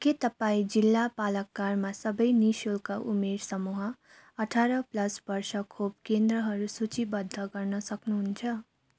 के तपाईँँ जिल्ला पालक्काडमा सबै नि शुल्क उमेर समूह अठार प्लस वर्ष खोप केन्द्रहरू सूचीबद्ध गर्न सक्नुहुन्छ